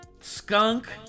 Skunk